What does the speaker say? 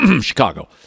Chicago